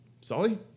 Sully